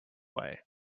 way